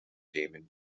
damon